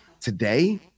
Today